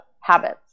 habits